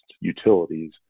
utilities